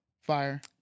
Fire